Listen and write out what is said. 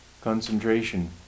concentration